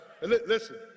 Listen